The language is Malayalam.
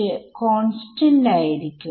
എല്ലായിടത്തുംകോൺസ്റ്റന്റ് ആയിരിക്കും